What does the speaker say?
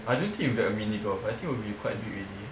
I don't think it will be a mini golf I think will be quite big already